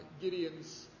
Gideon's